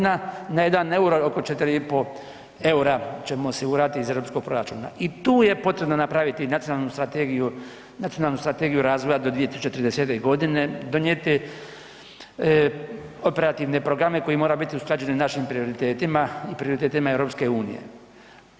Na jedan euro je oko 4,5 eura ćemo osigurati iz europskog proračuna i tu je potrebno napraviti nacionalnu strategiju razvoja do 2030 g., donijeti operativne programe koji moraju biti usklađeni našim prioritetima i prioritetima EU-a.